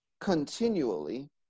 continually